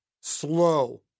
Slow